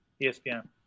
ESPN